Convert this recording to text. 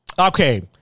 okay